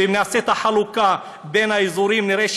ואם נעשה את החלוקה בין האזורים נראה